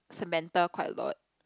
Samantha quite a lot